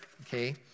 okay